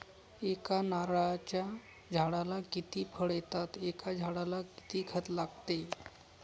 एका नारळाच्या झाडाला किती फळ येतात? एका झाडाला किती खत लागते?